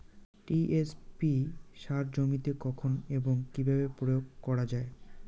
TSP সার জমিতে কখন এবং কিভাবে প্রয়োগ করা য়ায়?